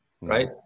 right